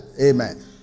Amen